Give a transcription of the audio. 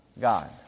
God